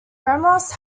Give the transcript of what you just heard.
ramos